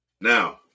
Now